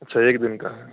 اچھا ایک دن کا ہے